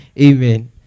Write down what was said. Amen